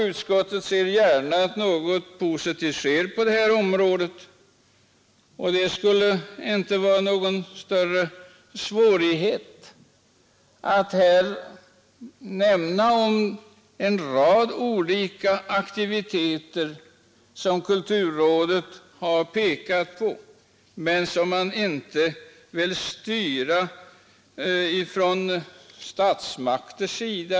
Utskottet ser gärna att någonting positivt sker på detta område, och det skulle inte vara någon större svårighet att här omnämna en rad av de olika aktiviteter som kulturrådet pekar på men vilka man inte vill styra från statsmakternas sida.